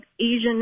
Asian